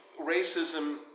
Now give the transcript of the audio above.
racism